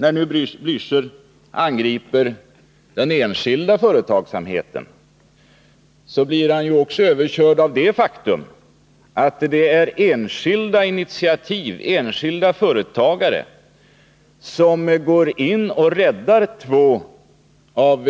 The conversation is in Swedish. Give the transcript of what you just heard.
När sedan Raul Blächer angriper den enskilda företagsamheten, blir han också överkörd av det faktum att det är enskilda företagare som går in och räddar två av